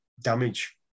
damage